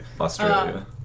Australia